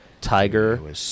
Tiger